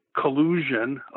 collusion